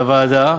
לוועדה,